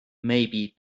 maybe